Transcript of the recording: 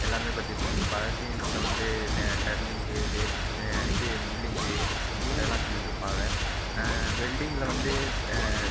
எல்லாமே பற்றி சொல்லி கொடுப்பாங்க சிஎன்சியில் வந்து டர்னிங்க்கு லேத் இது முல்லிங்கு அதெலாம் சொல்லி கொடுப்பாங்க வெல்ட்டிங்கில் வந்து